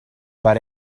per